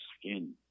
skin